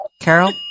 Carol